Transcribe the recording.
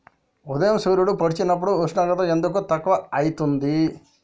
ఉదయం సూర్యుడు పొడిసినప్పుడు ఉష్ణోగ్రత ఎందుకు తక్కువ ఐతుంది?